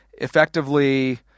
Effectively